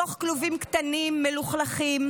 בתוך כלובים קטנים מלוכלכים,